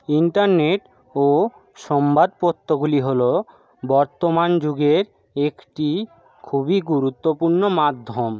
internet ও সমবাদপত্রগুলি হলো বর্তমান যুগের একটি খুবই গুরুত্বপূর্ণ মাধ্যম